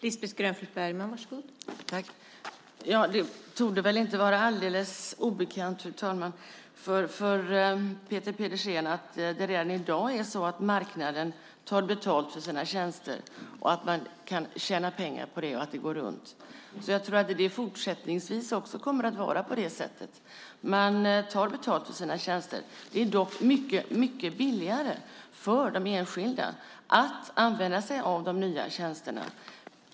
Fru talman! Det torde väl inte vara alldeles obekant för Peter Pedersen att marknaden redan i dag tar betalt för sina tjänster, att man tjänar pengar på det och att det går runt. Jag tror att det också fortsättningsvis kommer att vara på det sättet. Man tar betalt för sina tjänster. Det är dock mycket billigare för de enskilda att använda de nya tjänsterna.